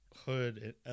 hood